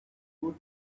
good